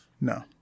no